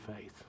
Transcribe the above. faith